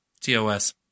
TOS